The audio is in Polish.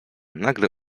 nagle